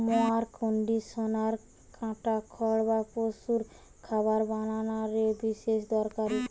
mower conditioner কাটা খড় বা পশুর খাবার বানানা রে বিশেষ দরকারি